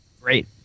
Great